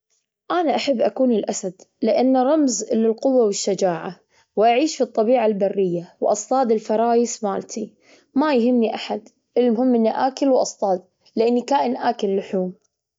أنا أحب أكون الأسد لإنه رمز للقوة والشجاعة، وأعيش في الطبيعة البرية واصطاد الفرايس مالتي، ما يهمني أحد، المهم إني أكل واصطاد لإني كائن أكل لحوم.